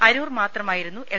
അരൂർ മാത്രമായിരുന്നു എൽ